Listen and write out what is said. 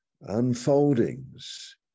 unfoldings